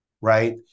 right